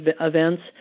events